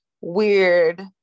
weird